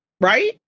right